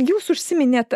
jūs užsiminėt